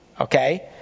Okay